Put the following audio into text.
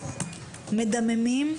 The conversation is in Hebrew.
מדממים,